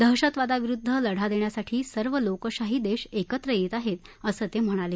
दहशतवादाविरुद्ध लढा देण्यासाठी सर्व लोकशाही देश एकत्र येत आहेत असं ते म्हणाले